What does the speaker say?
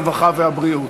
הרווחה והבריאות.